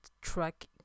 track